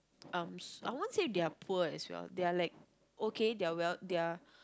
um I won't say they are poor as well they are like okay they are well they are